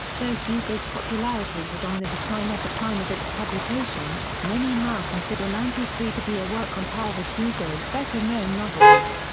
though hugo's popularity was on the decline at the time of its publication, many now consider ninety-three to be a work on par with hugo's better-known novels.